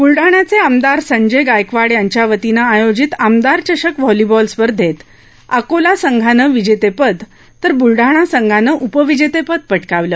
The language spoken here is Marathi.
ब्लडाण्याचे आमदार संजय गायकवाड यांच्या वतीनं आयोजित आमदार चषक व्हॉलिबॉल स्पर्धेत अकोला संघानं विजेतेपद तर बुलडाणा संघानं उपविजेतेपद पटकावलं